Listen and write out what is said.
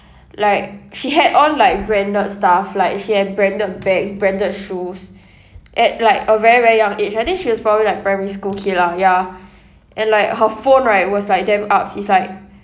like she had on like branded stuff like she had branded bags branded shoes at like a very very young age I think she was probably like primary school kid lah ya and like her phone right was like damn ups is like